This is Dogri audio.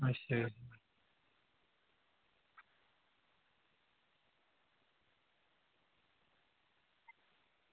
अच्छा